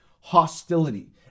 hostility